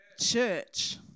church